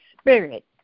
spirit